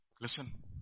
Listen